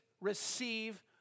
receive